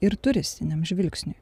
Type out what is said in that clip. ir turistiniam žvilgsniui